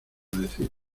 decir